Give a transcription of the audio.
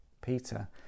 Peter